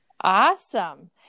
Awesome